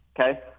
okay